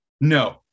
No